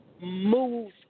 move